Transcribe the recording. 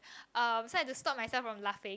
um so I had to stop myself from laughing